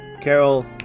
Carol